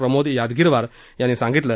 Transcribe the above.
प्रमोद यादगीरवार यांनी सांगितलं